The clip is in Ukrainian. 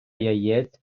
яєць